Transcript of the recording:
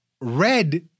red